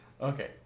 Okay